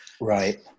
Right